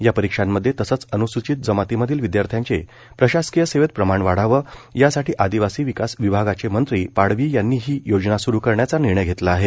या परीक्षांमध्ये तसंच अनुसूचित जमातीमधील जमातीमधील विदयार्थ्यांचे प्रशासकीय सेवेत प्रमाण वाढावं यासाठी आदिवासी विकास विभागाचे मंत्री पाडवी यांनी ही योजना सुरू करण्याचा निर्णय घेतला आहे